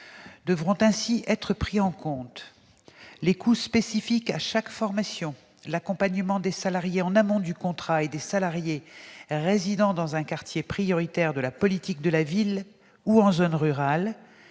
devront ainsi être pris en compte les coûts spécifiques à chaque formation, l'accompagnement des salariés en amont du contrat et des salariés résidant dans un quartier prioritaire de la politique de la ville ou en zone rurale,